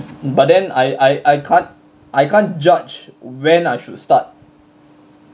but then I I I can't I can't judge when I should start